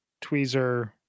tweezer